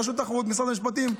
את רשות התחרות ומשרד המשפטים,